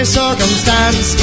circumstance